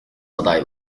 aday